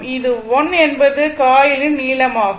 இது l என்பது காயிலின் நீளம் ஆகும்